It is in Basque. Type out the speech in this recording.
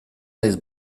naiz